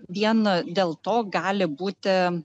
vien dėl to gali būti